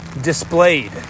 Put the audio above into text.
displayed